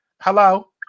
Hello